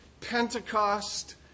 Pentecost